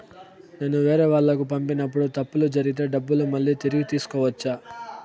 నేను వేరేవాళ్లకు పంపినప్పుడు తప్పులు జరిగితే డబ్బులు మళ్ళీ తిరిగి తీసుకోవచ్చా?